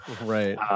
Right